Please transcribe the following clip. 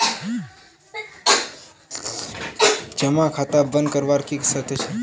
जमा खाता बन करवार की शर्त छे?